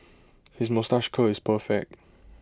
his moustache curl is perfect